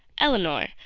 elinor,